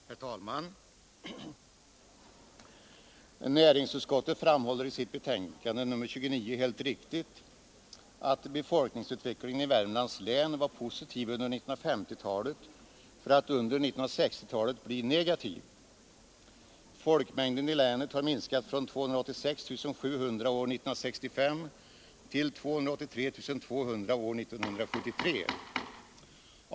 Herr talman! Näringsutskottet framhåller i sitt betänkande nr 29 helt riktigt att befolkningsutvecklingen i Värmlands län var positiv under 1950-talet för att under 1960-talet bli negativ. Folkmängden i länet har minskat från 286 700 år 1965 till 283 200 år 1973.